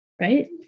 Right